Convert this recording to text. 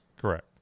correct